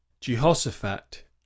Jehoshaphat